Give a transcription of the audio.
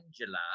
Angela